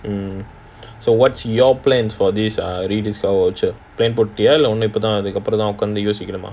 mm so what's your plans for this ah rediscover voucher plan பொட்டிய இல்ல அப்பறம் தான் உக்காந்து யோசிக்கணுமா:poattiya illa apparam thaan ukkaanthu yoosikkanumaa